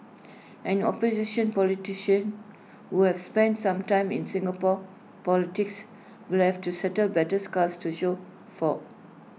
any opposition politician who has spent some time in Singapore politics will left to settle battle scars to show for